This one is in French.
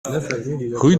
rue